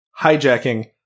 Hijacking